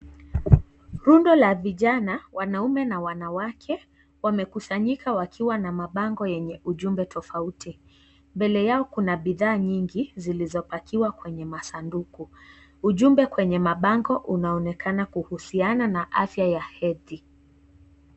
Rundo la vijana wanaume na wanawake, wamekusanyika wakiwa na mabango yenye ujumbe tofauti. Mbele yao kuna bidhaa nyingi, zilizopakiwa kwenye masanduku, ujumbe kwenye mabango unaonekana kuhusiana na afya ya hedhi.